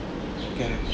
okay